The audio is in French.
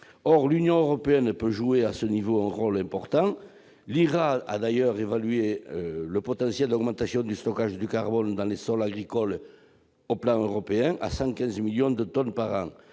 L'Union européenne peut jouer en la matière un rôle important. L'INRA a d'ailleurs évalué le potentiel d'augmentation du stockage du carbone dans les sols agricoles au niveau européen à 115 millions de tonnes par an.